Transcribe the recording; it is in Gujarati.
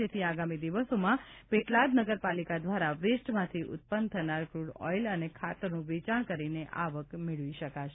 જેથી આગામી દિવસોમાં પેટલાદ નગરપાલિકા દ્વારા વેસ્ટમાંથી ઉત્પન્ન થનાર ફ્રૂડ ઓઇલ અને ખાતરનું વેચાણ કરીને આવક મેળવી શકાશે